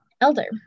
Elder